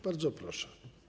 Bardzo proszę.